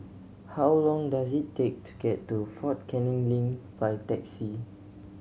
how long does it take to get to Fort Canning Link by taxi